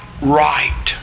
right